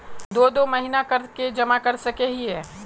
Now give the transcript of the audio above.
दो दो महीना कर के जमा कर सके हिये?